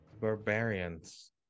barbarians